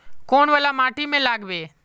कौन वाला माटी में लागबे?